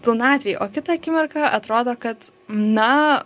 pilnatvėj o kitą akimirką atrodo kad na